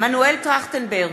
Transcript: מנואל טרכטנברג,